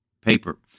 paper